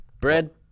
Bread